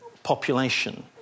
Population